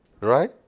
Right